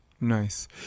Nice